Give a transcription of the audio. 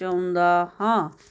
ਚਾਹੁੰਦਾ ਹਾਂ